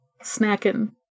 snacking